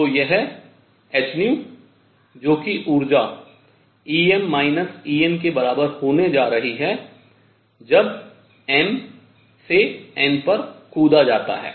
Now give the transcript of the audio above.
तो यह hν जो कि ऊर्जा Em Enके बराबर होने जा रही है जब m से n पर कूदा जाता है